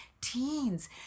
teens